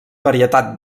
varietat